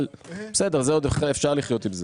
אבל בסדר זה עוד אפשר לחיות עם זה.